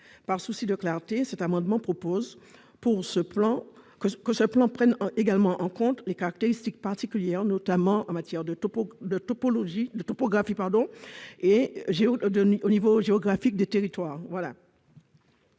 Par souci de clarté, cet amendement vise à ce que ce plan prenne également en compte les caractéristiques particulières, notamment topographiques et géographiques, des territoires.